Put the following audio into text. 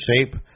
shape